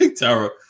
Tara